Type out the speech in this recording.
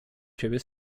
ciebie